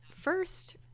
First